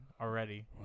already